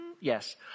Yes